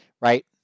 right